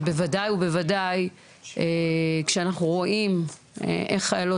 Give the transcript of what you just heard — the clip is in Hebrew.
ובוודאי בוודאי כשאנחנו רואים איך חיילות